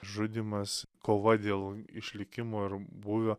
žudymas kova dėl išlikimo ir būvio